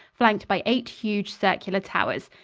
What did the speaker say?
flanked by eight huge, circular towers.